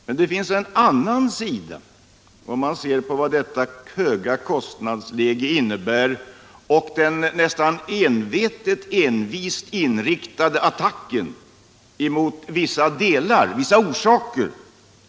Men det är något annat om man ser på vad detta höga kostnadsläge innebär och på den nästan envetet inriktade attacken mot vissa orsaker till detta kostnadsläge.